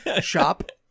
Shop